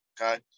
Okay